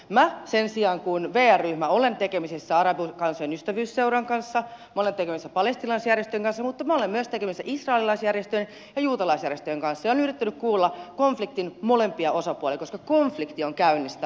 minä sen sijaan kuten vr ryhmä olen tekemisissä arabikansojen ystävyysseuran kanssa minä olen tekemisissä palestiinalaisjärjestöjen kanssa mutta olen myös tekemisissä israelilaisjärjestöjen ja juutalaisjärjestöjen kanssa ja olen yrittänyt kuulla konfliktin molempia osapuolia koska konflikti on käynnissä tällä alueella